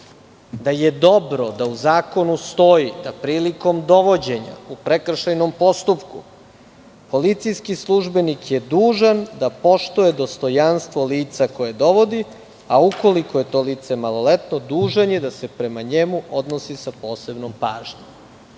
da je dobro da u Zakonu stoji da prilikom dovođenja u prekršajnom postupku policijski službenik je dužan da poštuje dostojanstvo lica koje dovodi, a ukoliko je to lice maloletno dužan je da se prema njemu odnosi sa posebnom pažnjom? Odbili